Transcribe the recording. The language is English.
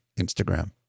Instagram